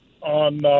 on